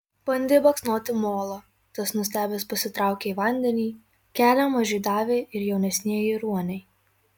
bandė baksnoti molą tas nustebęs pasitraukė į vandenį kelią mažiui davė ir jaunesnieji ruoniai